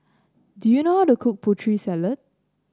do you know how to cook Putri Salad